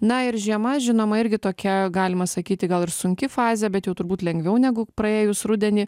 na ir žiema žinoma irgi tokia galima sakyti gal ir sunki fazė bet jau turbūt lengviau negu praėjus rudenį